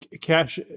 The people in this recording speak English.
cash